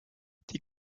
die